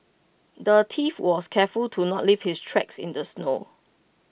the thief was careful to not leave his tracks in the snow